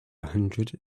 hundred